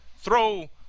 throw